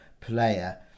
player